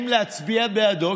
האם להצביע בעדו,